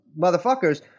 motherfuckers